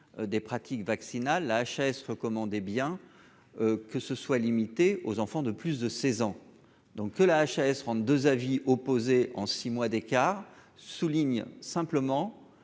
des pratiques vaccinales, la HAS recommande hé bien que ce soit limité aux enfants de plus de 16 ans donc que la HAS 32 avis opposé en six mois d'écart souligne simplement